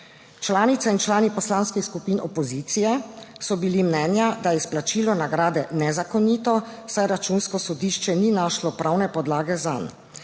Članice in člani poslanskih skupin opozicije so bili mnenja, da je izplačilo nagrade nezakonito, saj računsko sodišče ni našlo pravne podlage zanj.